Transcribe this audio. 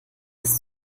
ist